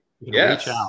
Yes